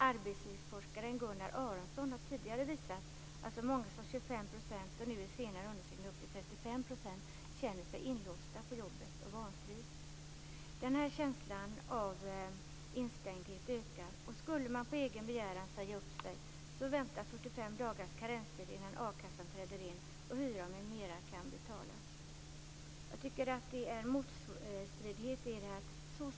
Arbetslivsforskaren Gunnar Aronsson har tidigare visat att så många som 25 %- i senare undersökningar upp till 35 %- känner sig inlåsta på jobbet och vantrivs. Denna känsla av instängdhet ökar. Skulle man på egen begäran säga upp sig väntar 45 dagars karenstid innan a-kassan träder in och hyran m.m. kan betalas. Jag tycker att det är en motstridighet i detta.